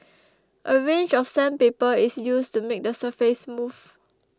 a range of sandpaper is used to make the surface smooth